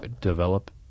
develop